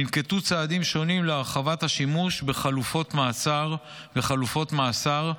ננקטו צעדים שונים להרחבת השימוש בחלופות מעצר וחלופות מאסר,